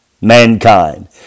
mankind